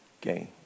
gain